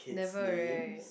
never right